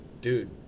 dude